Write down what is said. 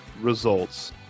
results